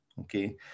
okay